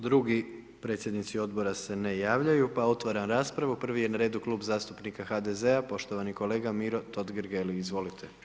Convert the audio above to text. Drugi predsjednici odbora se ne javljaju, pa otvaram raspravu, prvi je na redu Klub zastupnika HDZ-a poštovani kolega Miro Totgergeli, izvolite.